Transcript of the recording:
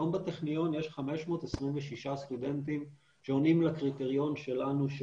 היום בטכניון יש 526 סטודנטים שעונים לקריטריון שלנו של